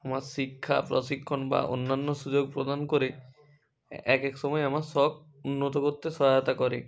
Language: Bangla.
আমার শিক্ষা প্রশিক্ষণ বা অন্যান্য সুযোগ প্রদান করে এক এক সময় আমার শখ উন্নত করতে সহায়তা করে